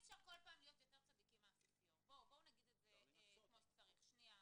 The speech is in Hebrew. מפקח לפי חוק מעונות יום שיקומיים" אני ממשיכה בקריאה: